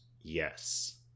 Yes